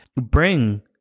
bring